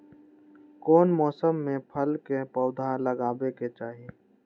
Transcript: कौन मौसम में फल के पौधा लगाबे के चाहि?